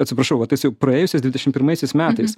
atsiprašau va tais jau praėjusias dvidešim pirmaisiais metais